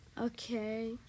Okay